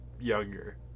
younger